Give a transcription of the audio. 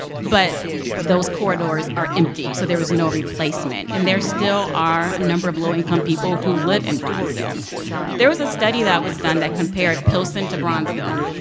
but those corridors are empty, so there was no replacement. and and there still are a number of low-income people who live in bronzeville there was a study that was done that compared pilsen to bronzeville.